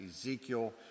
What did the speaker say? ezekiel